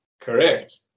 Correct